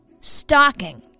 Stalking